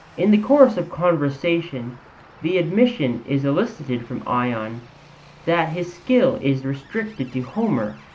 in the course of conversation the admission is elicited from ion that his skill is restricted to homer,